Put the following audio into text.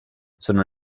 sono